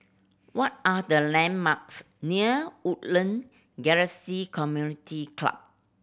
what are the landmarks near Woodland Galaxy Community Club